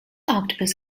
octopus